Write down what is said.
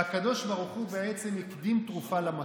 שהקדוש ברוך הוא בעצם הקדים תרופה למכה,